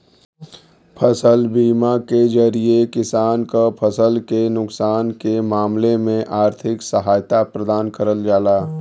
फसल बीमा के जरिये किसान क फसल के नुकसान के मामले में आर्थिक सहायता प्रदान करल जाला